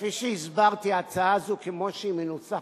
כפי שהסברתי, ההצעה הזאת, כמו שהיא מנוסחת,